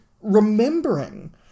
remembering